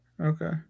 Okay